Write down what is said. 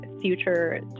future